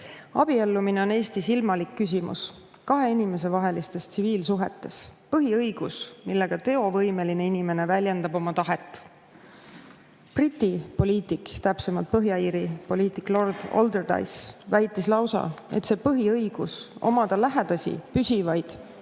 Abiellumine on Eestis ilmalik küsimus kahe inimese vahelistes tsiviilsuhetes, põhiõigus, millega teovõimeline inimene väljendab oma tahet. Briti poliitik, täpsemalt Põhja-Iiri poliitik lord Alderdice väitis lausa, et see põhiõigus omada lähedasi püsivaid